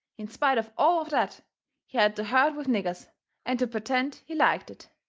in spite of all of that, he had to herd with niggers and to pertend he liked it.